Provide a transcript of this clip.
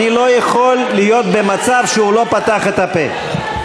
אני לא יכול להיות במצב שהוא לא פתח את הפה.